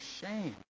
shame